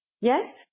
Yes